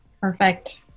Perfect